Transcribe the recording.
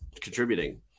contributing